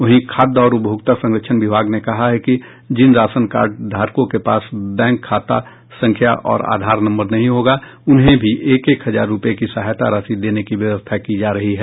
वहीं खाद्य और उपभोक्ता संरक्षण विभाग ने कहा है कि जिन राशन कार्डधारकों के पास बैंक खाता संख्या और आधार नम्बर नहीं होगा उन्हें भी एक एक हजार रूपये की सहायता राशि देने की व्यवस्था की जा रही है